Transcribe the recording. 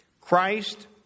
Christ